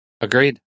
Agreed